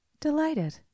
delighted